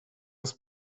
his